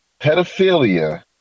Pedophilia